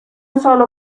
solo